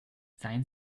seien